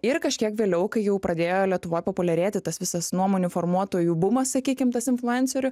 ir kažkiek vėliau kai jau pradėjo lietuvoj populiarėti tas visas nuomonių formuotojų bumas sakykim tas influencerių